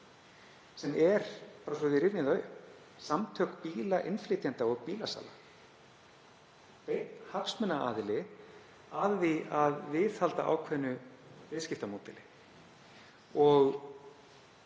sem er, bara svo við rifjum það upp, samtök bílainnflytjenda og bílasala, beinn hagsmunaaðili af því að viðhalda ákveðnu viðskiptamódeli.